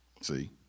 see